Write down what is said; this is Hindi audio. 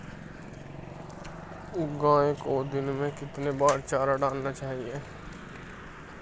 गाय को दिन में कितनी बार चारा डालना चाहिए?